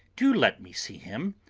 do let me see him.